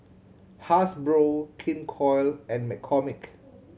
Hasbro King Koil and McCormick